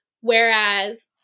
whereas